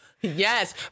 Yes